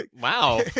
Wow